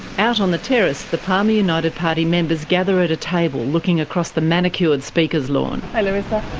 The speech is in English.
out on the terrace, the palmer united party members gather at a table looking across the manicured speakers lawn.